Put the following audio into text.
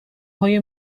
های